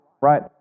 right